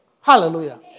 Hallelujah